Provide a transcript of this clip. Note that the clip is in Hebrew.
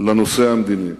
לנושא המדיני.